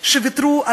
למה דעתו השתנתה?